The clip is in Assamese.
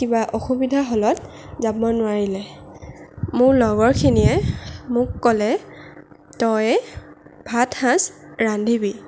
কিবা অসুবিধা হ'লত যাব নোৱাৰিলে মোৰ লগৰখিনিয়ে মোক ক'লে তই ভাত সাজ ৰান্ধিবি